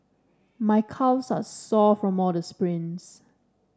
my calves are sore from all the sprints